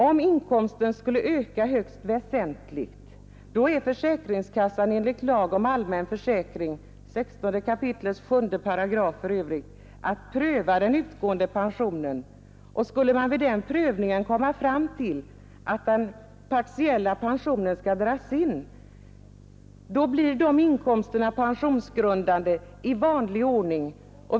Om inkomsten skulle öka högst väsentligt är försäkringskassan enligt lag om allmän försäkring 16 kap. 7 § skyldig att pröva den utgående pensionen. Skulle man vid den prövningen komma fram till att den partiella pensionen skall dras in blir inkomsterna pensionsgrundande i vanlig ordning.